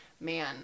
man